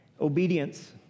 Obedience